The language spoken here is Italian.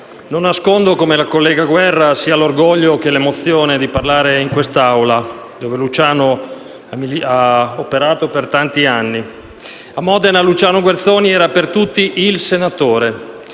non nascondo, come la collega Guerra, sia l'orgoglio che l'emozione di parlare in quest'Aula, dove Luciano ha operato per tanti anni. A Modena Luciano Guerzoni era per tutti "il senatore";